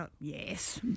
yes